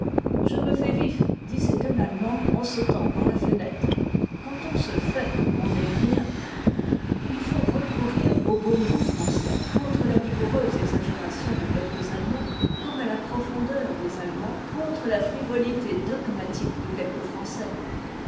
je me fais vif disait un attemand en sautant par la fenêtre quand on se fait on n'est rien il faut recourir au bon goût français contre la vigoureuse exagération de quelques allemands comme à la profondeur des allemands contre la frivolité dogmatique de quelques français